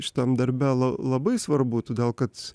šitam darbe labai svarbu todėl kad